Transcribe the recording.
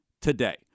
Today